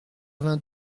vingt